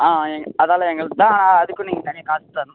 ஆ அதெல்லா எங்களுது தான் ஆ அதுக்கும் நீங்கள் தனியாக காசு தரணும்